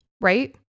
Right